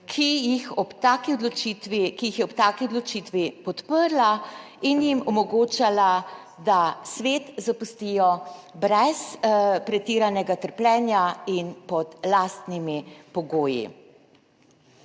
ki jih je ob taki odločitvi podprla in jim omogočala, da svet zapustijo brez pretiranega trpljenja in pod lastnimi pogoji.